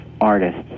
artists